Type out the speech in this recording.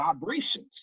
vibrations